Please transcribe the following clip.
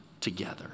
together